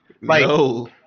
No